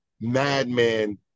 madman